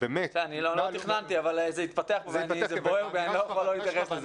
לא תכננתי אבל זה התפתח ואני לא יכול שלא להתערב.